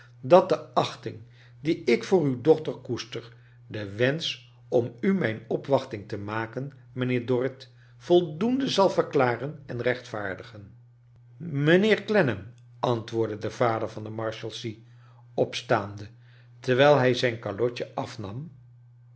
dat de achting die ik voor uw dochter koester den wenscb om u mijn opwachting te maken mijnheer dorrit voldoende zal verklaren en rechtvaardigen mijnheer clennam antwoordde de vader van de marshalse opstaande terwijl bij zijn calotje afnam